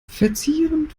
verzieren